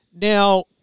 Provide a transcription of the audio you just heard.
Now